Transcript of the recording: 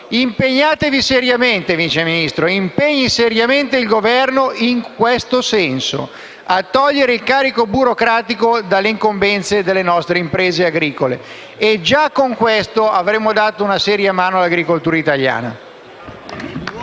impegni seriamente il Governo in questo senso, ovvero a togliere il carico burocratico dalle incombenze delle nostre imprese agricole: già in questo modo avremo dato una seria mano all'agricoltura italiana.